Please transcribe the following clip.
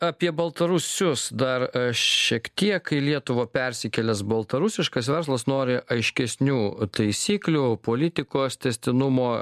apie baltarusius dar šiek tiek į lietuvą persikėlęs baltarusiškas verslas nori aiškesnių taisyklių politikos tęstinumo